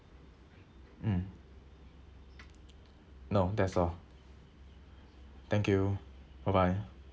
mm no that's all thank you bye bye